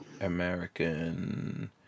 American